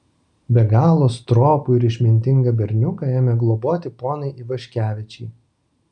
be galo stropų ir išmintingą berniuką ėmė globoti ponai ivaškevičiai